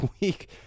week